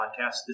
podcast